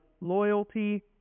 loyalty